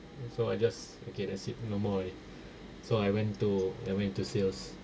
so I just okay that's it no more already so I went to I went to sales